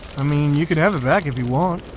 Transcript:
i mean you can have it back if you want.